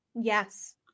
yes